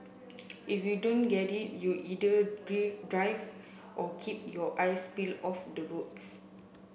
if you don't get it you either drive or keep your eyes peel off the roads